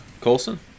Colson